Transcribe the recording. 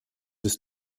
ist